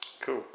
Cool